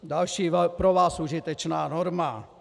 Další pro vás užitečná norma.